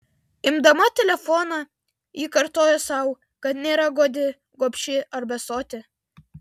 imdama telefoną ji kartojo sau kad nėra godi gobši ar besotė